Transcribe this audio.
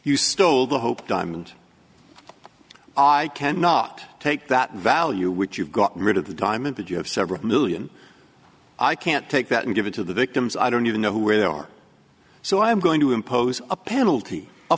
you stole the hope diamond i can not take that value which you've got rid of the diamond that you have several million i can't take that and give it to the victims i don't even know where they are so i'm going to impose a penalty a